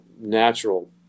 natural